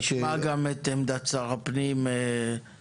נשמע גם את עמדת השר לביטחון פנים בעניין.